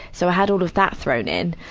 so i had all of that thrown in.